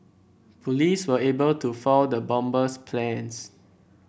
police were able to foil the bomber's plans